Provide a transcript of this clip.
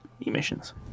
emissions